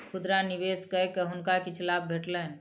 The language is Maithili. खुदरा निवेश कय के हुनका किछ लाभ भेटलैन